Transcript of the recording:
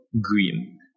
green